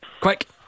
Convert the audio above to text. Quick